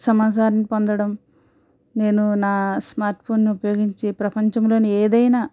సమాచారాన్ని పొందడం నేను నా స్మార్ట్ ఫోన్ను ఉపయోగించి ప్రపంచంలోని ఏదైనా